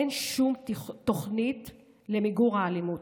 אין שום תוכנית למיגור האלימות.